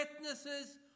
witnesses